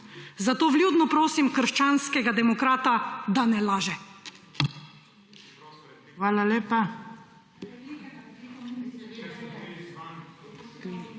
Zato vljudno prosim krščanskega demokrata, da ne laže.